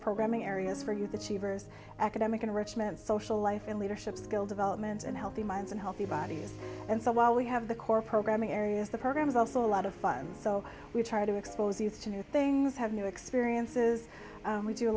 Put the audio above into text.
programming areas for you that she vers academic enrichment social life in leadership skill development and healthy minds and healthy bodies and so while we have the core programming areas the programme is also a lot of fun so we try to expose youth to new things have new experiences we do a